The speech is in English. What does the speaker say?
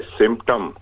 symptom